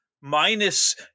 minus